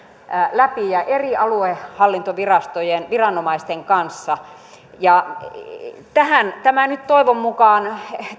läpi eri aluehallintovirastojen viranomaisten kanssa tähän tämä kokonaisuus nyt toivon mukaan